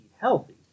healthy